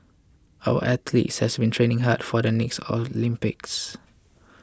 our athletes has been training hard for the next Olympics